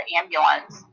ambulance